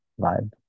vibe